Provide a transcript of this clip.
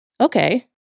Okay